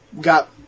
got